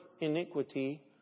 iniquity